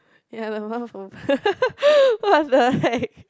ya the mouth open what the heck